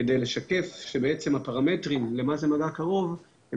כדי לשקף שהפרמטרים למה זה "מגע קרוב" הם